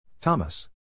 Thomas